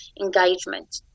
engagement